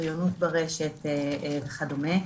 בריונות ברשת וכדומה.